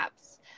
apps